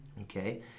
Okay